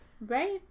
Right